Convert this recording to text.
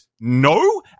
No